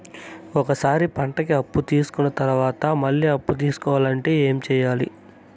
ఒక సారి పంటకి అప్పు తీసుకున్న తర్వాత మళ్ళీ అప్పు తీసుకోవాలంటే ఏమి చేయాలి?